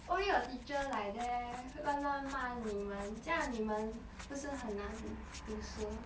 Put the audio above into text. why your teacher like that 乱乱骂你们这样你们不是很难 mm 读书